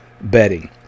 betting